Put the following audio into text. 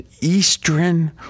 Eastern